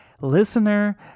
listener